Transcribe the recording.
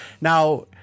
now